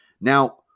Now